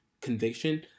conviction